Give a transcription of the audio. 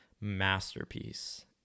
masterpiece